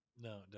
No